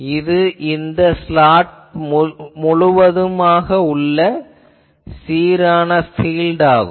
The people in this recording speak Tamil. இது இந்த ஸ்லாட் முழுவதற்குமான சீரான பீல்ட் ஆகும்